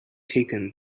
taken